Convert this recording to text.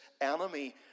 enemy